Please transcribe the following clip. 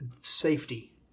safety